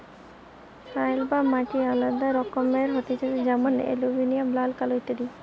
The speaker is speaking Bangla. সয়েল বা মাটি আলাদা রকমের হতিছে যেমন এলুভিয়াল, লাল, কালো ইত্যাদি